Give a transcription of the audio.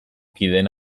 kideen